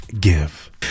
give